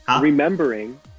remembering